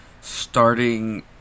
starting